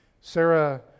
Sarah